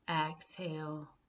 Exhale